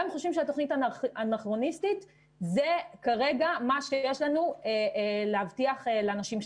חושבים שהתוכנית אנכרוניסטית וכרגע זה מה שיש לנו להבטיח לנשים שסובלות.